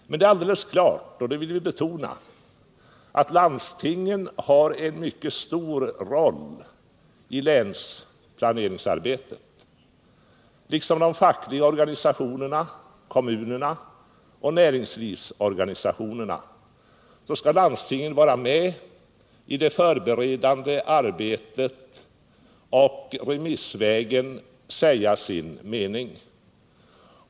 Men det är alldeles klart, och det vill vi betona, att landstingen spelar en mycket stor roll i länsplaneringsarbetet. Liksom de fackliga organisationerna, kommunerna och näringslivsorganisationerna skall landstingen vara med i det förberedande arbetet och remissvägen säga sin mening.